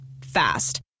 Fast